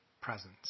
presence